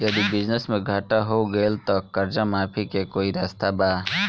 यदि बिजनेस मे घाटा हो गएल त कर्जा माफी के कोई रास्ता बा?